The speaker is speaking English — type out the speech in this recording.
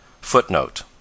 Footnote